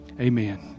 amen